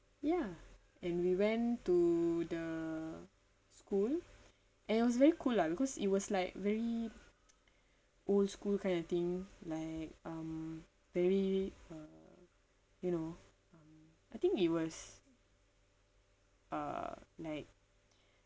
ya and we went to the school and it was very cool lah because it was like very old school kind of thing like um very um you know uh I think it was uh like